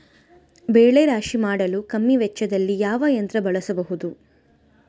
ಬೆಳೆ ರಾಶಿ ಮಾಡಲು ಕಮ್ಮಿ ವೆಚ್ಚದಲ್ಲಿ ಯಾವ ಯಂತ್ರ ಬಳಸಬಹುದು?